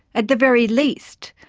at the very least,